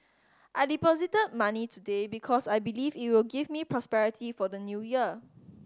I deposited money today because I believe it will give me prosperity for the New Year